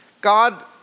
God